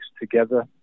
together